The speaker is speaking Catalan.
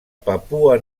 papua